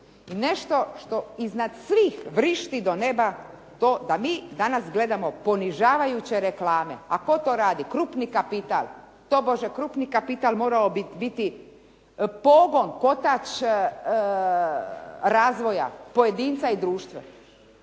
nešto što iznad svih vrišti do neba, to da mi danas gledamo ponižavajuće reklame. A tko to radi? Krupni kapital. Tobože krupni kapital morao bi biti pogon kotač razvoja pojedinca i društva.